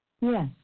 Yes